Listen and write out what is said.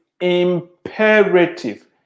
imperative